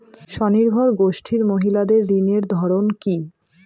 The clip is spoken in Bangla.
স্বনির্ভর গোষ্ঠীর মহিলাদের ঋণের ধরন কি?